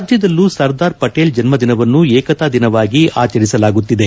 ರಾಜ್ಞದಲ್ಲೂ ಸರ್ದಾರ್ ಪಟೇಲ್ ಜನ್ಸದಿನವನ್ನು ಏಕತಾ ದಿನವಾಗಿ ಆಚರಿಸಲಾಗುತ್ತಿದೆ